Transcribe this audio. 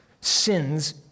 sins